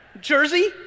Jersey